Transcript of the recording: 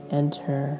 enter